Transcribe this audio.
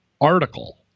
article